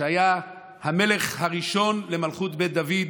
שהיה המלך הראשון למלכות בית דוד,